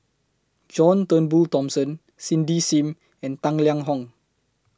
John Turnbull Thomson Cindy SIM and Tang Liang Hong